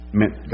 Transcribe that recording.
meant